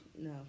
No